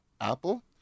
Apple